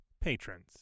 patrons